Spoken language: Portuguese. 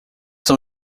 são